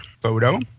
photo